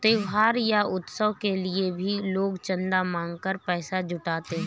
त्योहार या उत्सव के लिए भी लोग चंदा मांग कर पैसा जुटाते हैं